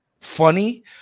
funny